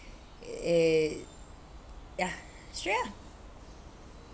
it ya